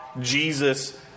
Jesus